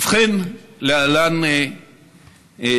ובכן, להלן תשובותינו: